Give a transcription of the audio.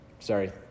Sorry